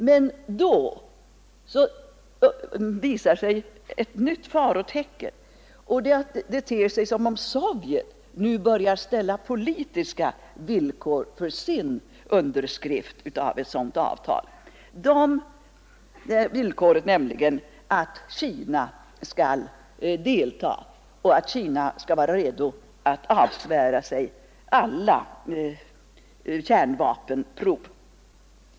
Men då uppträder ett nytt farotecken. Det ter sig som om Sovjet nu börjar ställa politiska villkor för sin underskrift av ett sådant avtal, de villkoren nämligen att Kina skall deltaga och att Kina skall vara redo att avsvära sig även Övriga typer av kärnvapenprov.